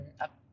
up